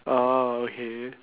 orh okay